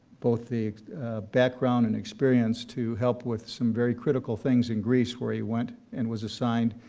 both the background and experience to help with some very critical things in greece where he went and was assigned,